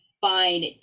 fine